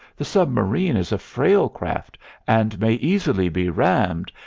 the submarine is a frail craft and may easily be rammed,